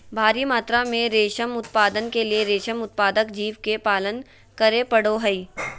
भारी मात्रा में रेशम उत्पादन के लिए रेशम उत्पादक जीव के पालन करे पड़ो हइ